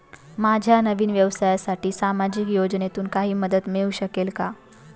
माझ्या नवीन व्यवसायासाठी सामाजिक योजनेतून काही मदत मिळू शकेल का?